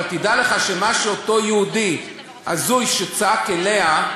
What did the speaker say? אבל תדע לך שמה שאותו יהודי הזוי, שצעק אליה,